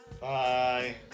Bye